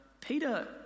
Peter